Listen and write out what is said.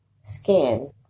skin